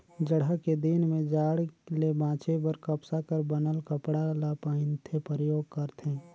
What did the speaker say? जड़हा के दिन में जाड़ ले बांचे बर कपसा कर बनल कपड़ा ल पहिनथे, परयोग करथे